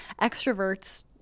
extroverts